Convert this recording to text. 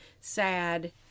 sad